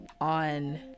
on